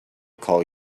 call